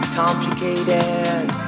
complicated